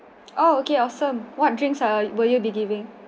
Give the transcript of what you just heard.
oh okay awesome what drinks uh will you be giving